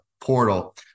portal